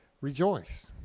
rejoice